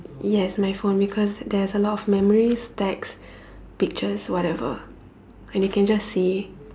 yes my phone because there's a lot of memories text pictures whatever and they can just see